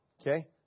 Okay